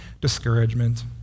discouragement